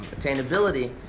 attainability